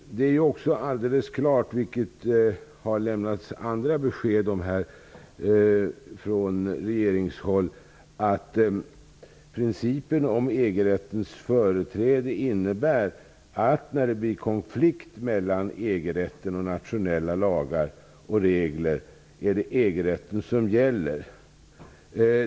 Det är också alldeles klart -- vilket det har lämnats andra besked om från regeringshåll -- att principen om EG-rättens företräde innebär att det är EG rätten som gäller vid en konflikt mellan EG-rätten och nationella lagar och regler.